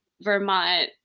Vermont